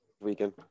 weekend